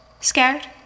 Scared